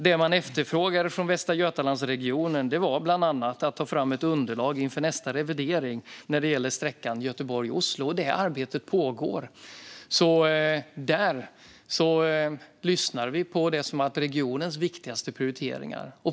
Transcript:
Det man efterfrågade från Västra Götalandsregionen var bland annat att ta fram ett underlag inför nästa revidering när det gäller sträckan Göteborg-Oslo. Det arbetet pågår. Där lyssnar vi alltså på det som varit regionens viktigaste prioriteringar.